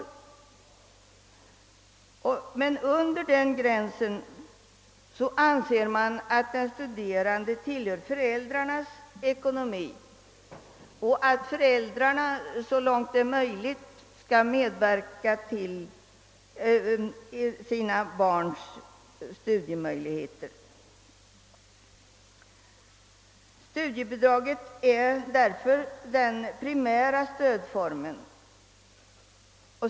Studerande under den åldern anses vara beroende av föräldrarnas ekonomi; det är föräldrarna som så långt det är möjligt skall bereda sina barn studiemöjligheter. Studiebidraget är därför den primära stödformen.